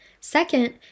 second